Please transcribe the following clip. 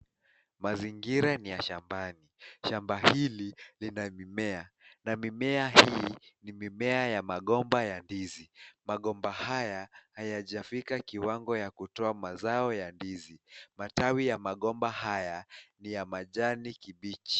Mazingira niya shamba, shamba hili linammea na mmmea hii ni mmea ya migomba ya ndizi, migomba haya, hayajafika kiwango ya kutoa mazao ya ndizi, matawi ya migomba haya, niya majani kibichi.